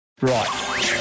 Right